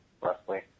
roughly